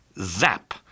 Zap